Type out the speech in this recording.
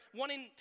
wanting